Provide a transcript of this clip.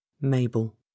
Mabel